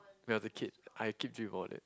we are the kid I keep dream about it